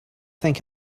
think